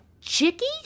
Chicky